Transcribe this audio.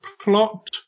Plot